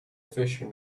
fish